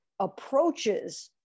approaches